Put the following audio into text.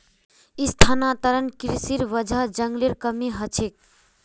स्थानांतरण कृशिर वजह जंगलेर कमी ह छेक